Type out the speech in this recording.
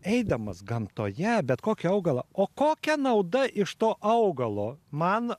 eidamas gamtoje bet kokį augalą o kokia nauda iš to augalo man